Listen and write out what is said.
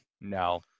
No